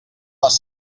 les